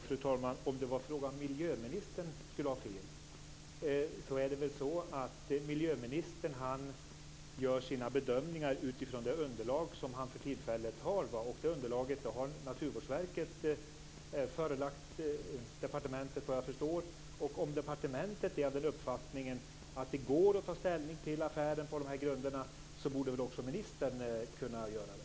Fru talman! När det gäller om miljöministern skulle ha fel, vill jag säga att miljöministern gör sina bedömningar utifrån det underlag han för tillfället har. Det underlaget har Naturvårdsverket förelagt departementet, vad jag förstår. Om departementet är av den uppfattningen att det går att ta ställning till affären på de här grunderna, borde också ministern kunna göra det.